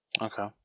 Okay